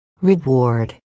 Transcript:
Reward